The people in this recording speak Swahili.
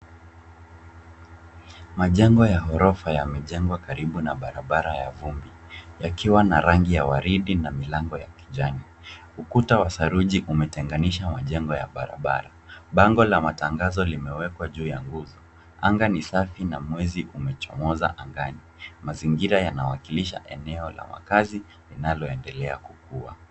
Majengo ya ghorofa yako karibu na barabara ya vumbi yakiwa na rangi ya waridi na milango ya kijani. Ukuta wa saruji umetenganisha majengo na barabara. Bango la matangazo limewekwa juu ya nguzo. Angan ni safi na mwezi imechomoza. Mazingira yanawakilisha eneo la wakazi lenye linaloendelea kukua.